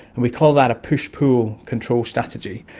and we call that a push-pull control strategy.